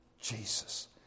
Jesus